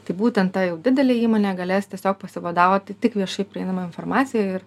tai būtent tą jau didelė įmonė galės tiesiog pasivadovauti tai tik viešai prieinamą informaciją ir